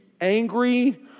angry